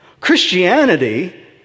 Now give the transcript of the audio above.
Christianity